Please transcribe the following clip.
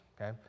okay